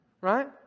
right